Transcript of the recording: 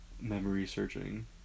memory-searching